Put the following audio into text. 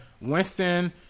Winston